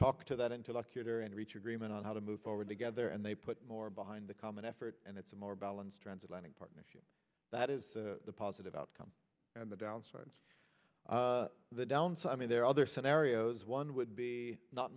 talk to that interlocutor and reach agreement on how to move forward together and they put more behind the common effort and it's a more balanced transatlantic partnership that is the positive outcome and the downsides the down so i mean there are other scenarios one would be not